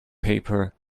paper